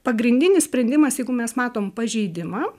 pagrindinis sprendimas jeigu mes matom pažeidimą